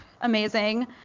Amazing